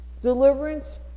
deliverance